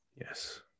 Yes